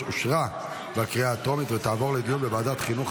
אושרה בקריאה טרומית ותעבור לדיון בוועדת החינוך,